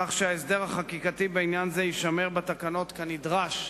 כך שההסדר החקיקתי בעניין זה יישמר בתקנות כנדרש.